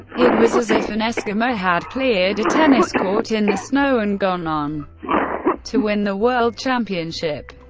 it was as if an eskimo had cleared a tennis court in the snow and gone on to win the world championship.